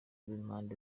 b’impande